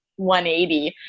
180